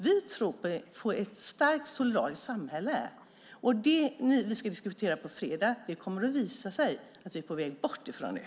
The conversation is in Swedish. Vi tror på ett starkt solidariskt samhälle, och det vi nu ska diskutera på fredag kommer att visa att vi är på väg bort från det!